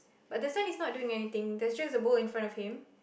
but the son is not doing anything there's just bowl in front of him